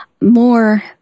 more